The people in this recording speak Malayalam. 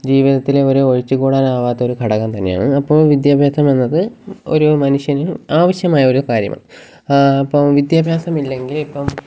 ജീവിതത്തിലെ ഒരു ഒഴിച്ചുകൂടാനാവാത്ത ഒരു ഘടകം തന്നെയാണ് അപ്പോള് വിദ്യാഭ്യാസം എന്നത് ഒരു മനുഷ്യന് ആവശ്യമായൊരു കാര്യമാണ് അപ്പോള് വിദ്യാഭ്യാസമില്ലെങ്കിലിപ്പോള്